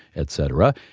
etc.